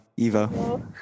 Evo